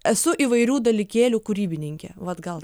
esu įvairių dalykėlių kūrybininkė vat gal